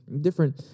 different